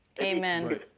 Amen